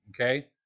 okay